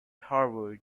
harvard